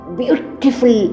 beautiful